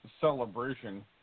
celebration